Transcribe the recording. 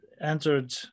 entered